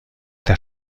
der